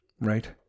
right